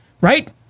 Right